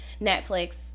Netflix